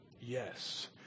yes